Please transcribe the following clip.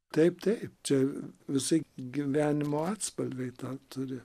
taip taip čia visai gyvenimo atspalviai tą turi